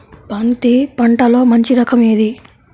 బంతి పంటలో మంచి రకం ఏది?